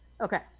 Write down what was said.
Okay